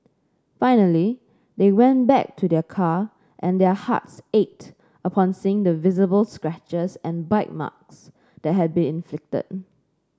finally they went back to their car and their hearts ached upon seeing the visible scratches and bite marks that had been inflicted